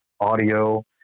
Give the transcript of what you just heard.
audio